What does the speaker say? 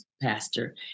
pastor